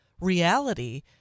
reality